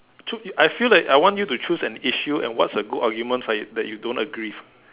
so if I feel like I want you to choose an issue and what's a good argument for it that you don't agree